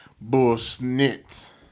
bullshit